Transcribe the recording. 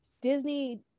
Disney